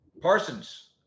Parsons